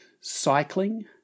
cycling